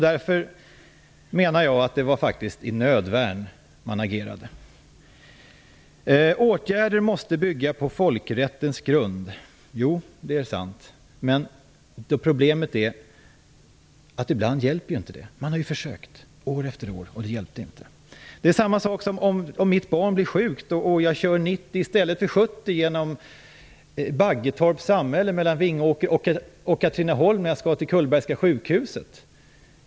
Därför menar jag att Kanada agerade i nödvärn. Åtgärder måste bygga på folkrättens grund. Det är sant. Men problemet är att det inte hjälper ibland. Man har ju försökt, och det hjälpte inte. Det är samma sak om mitt barn blir sjukt och jag kör 90 km tim genom Baggetorps samhälle mellan Vingåker och Katrineholm när jag skall till Kullbergska sjukhuset.